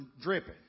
dripping